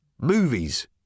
Movies